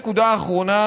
נקודה אחרונה,